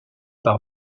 par